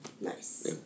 Nice